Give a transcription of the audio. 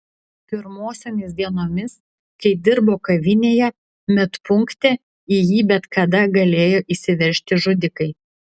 pirmosiomis dienomis kai dirbo kavinėje medpunkte į jį bet kada galėjo įsiveržti žudikai